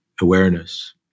awareness